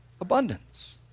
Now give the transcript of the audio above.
abundance